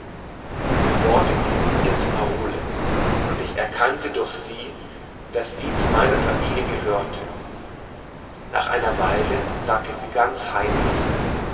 die worte dienten ihr zur parole und ich erkannte durch sie daß sie zu meiner familie gehöre nach einer weile sagte sie ganz heimlich